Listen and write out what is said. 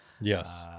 Yes